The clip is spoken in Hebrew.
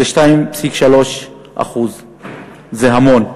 הן 2.3%. זה המון,